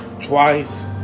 Twice